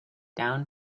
down